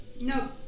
No